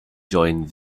joined